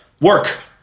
work